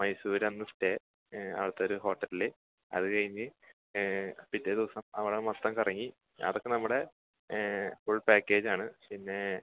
മൈസൂർ അന്ന് സ്റ്റേ അവിടുത്തെയൊരു ഹോട്ടലിൽ അത് കഴിഞ്ഞ് പിറ്റെ ദിവസം അവിടെ മൊത്തം കറങ്ങി അതൊക്കെ നമ്മുടെ ഫുൾ പാക്കേജാണ് പിന്നേ